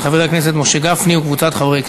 של חבר הכנסת משה גפני וקבוצת חברי כנסת.